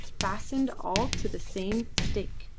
fastened all to the same stake.